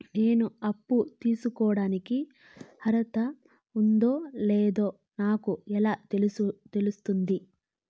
నేను అప్పు తీసుకోడానికి అర్హత ఉందో లేదో నాకు ఎలా తెలుస్తుంది?